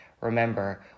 remember